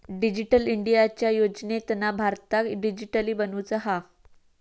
digital इंडियाच्या योजनेतना भारताक डीजिटली बनवुचा हा